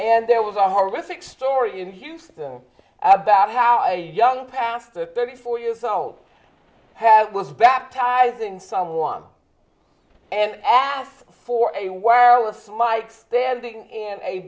and there was a horrific story in houston about how a young pastor thirty four years old had was baptized and someone and ask for a while it's like standing in a